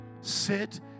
sit